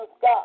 God